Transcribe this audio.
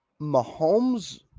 Mahomes